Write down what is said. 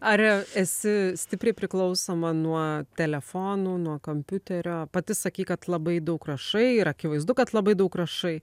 ar esi stipriai priklausoma nuo telefonų nuo kompiuterio pati sakei kad labai daug rašai ir akivaizdu kad labai daug rašai